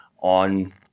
on